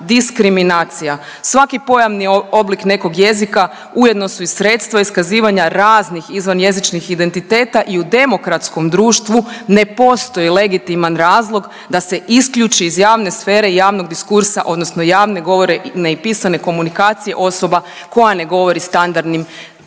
diskriminacija. Svaki pojamni oblik nekog jezika ujedno su sredstvo iskazivanja raznih izvan jezičnih identiteta i u demokratskom društvu ne postoji legitiman razlog da se isključi iz javne sfere i javnog diskursa odnosno javne govorne i pisane komunikacije osoba koja ne govori standardnim